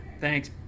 thanks